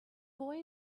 boy